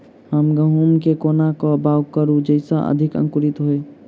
हम गहूम केँ कोना कऽ बाउग करू जयस अधिक अंकुरित होइ?